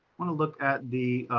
want to look at the,